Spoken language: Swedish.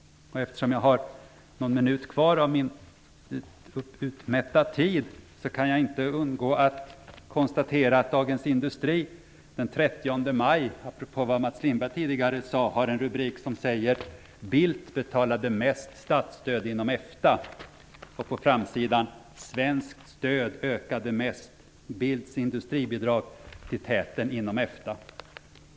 Apropå vad Mats Lindberg tidigare sade kan jag inte låta bli att konstatera att Dagens Industri den 30 maj har en rubrik som säger: Bildt betalade mest statsstöd inom EFTA. På framsidan står det: Svenskt stöd ökade mest -- Bildts industribidrag i täten inom EFTA.